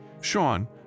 Sean